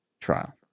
trial